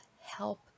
help